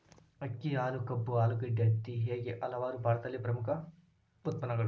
ಅಕ್ಕಿ, ಹಾಲು, ಕಬ್ಬು, ಆಲೂಗಡ್ಡೆ, ಹತ್ತಿ ಹೇಗೆ ಹಲವಾರು ಭಾರತದಲ್ಲಿ ಪ್ರಮುಖ ಉತ್ಪನ್ನಗಳು